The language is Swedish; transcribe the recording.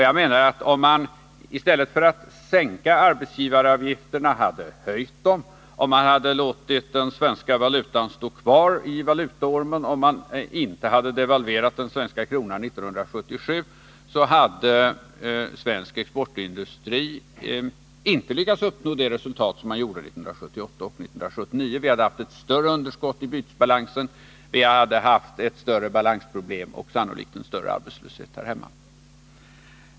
Jag menar, att om man i stället för att sänka arbetsgivaravgifterna hade höjt dem, låtit den svenska valutan stanna kvar i valutaormen och inte devalverat den svenska kronan 1977, hade svensk exportindustri inte lyckats uppnå 1978 och 1979 års resultat. Vi hade haft ett större underskott i bytesbalansen, ett större balansproblem och sannolikt en svårare arbetslöshet här hemma.